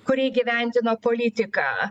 kuri įgyvendino politiką